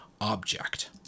object